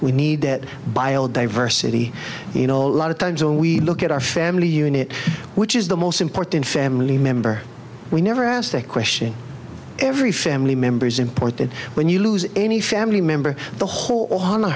we need it biodiversity you know a lot of times when we look at our family unit which is the most important family member we never asked that question every family members in point that when you lose any family member the whole o